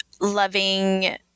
loving